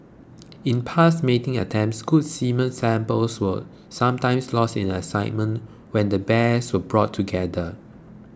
in past mating attempts good semen samples were sometimes lost in excitement when the bears were brought together